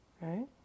right